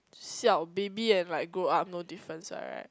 siao baby and like grow up no difference ah right